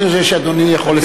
אני חושב שאדוני יכול לסכם.